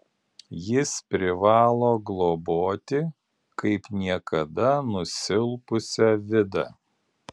jis privalo globoti kaip niekada nusilpusią vidą